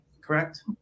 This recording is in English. correct